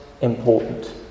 important